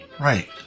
Right